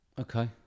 Okay